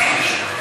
אין מתנגדים,